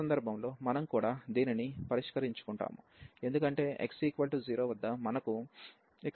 ఈ సందర్భంలో మనం కూడా దీనిని పరిష్కరించుకుంటాము ఎందుకంటే x 0 వద్ద మనకు ఇక్కడ x తో ఈ సమస్య ఉంది